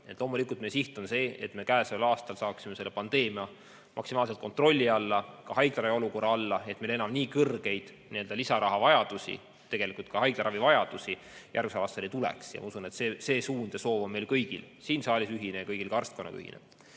Loomulikult, meie siht on see, et me käesoleval aastal saaksime selle pandeemia maksimaalselt kontrolli alla, ka haiglate olukorra selliseks, et meil enam nii suurt lisarahavajadust, tegelikult ka haiglaravivajadust järgmisel aastal ei tuleks. Ma usun, et see suund ja soov on meil kõigil siin saalis ühine ja kõigil ka arstkonnas ühine.